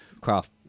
craft